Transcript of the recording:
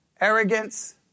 arrogance